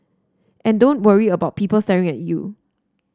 and don't worry about people staring at you